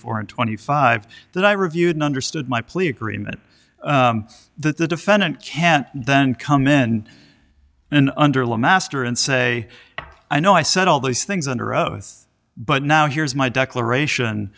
four and twenty five that i reviewed understood my plea agreement that the defendant can't then come in and under law master and say i know i said all these things under oath but now here's my declaration